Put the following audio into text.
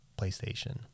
PlayStation